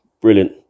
brilliant